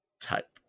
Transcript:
type